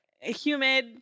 Humid